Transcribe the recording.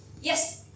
Yes